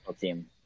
team